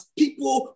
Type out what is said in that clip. people